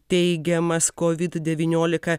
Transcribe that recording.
teigiamas covid devyniolika